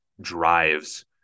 drives